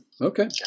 Okay